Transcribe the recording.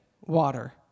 water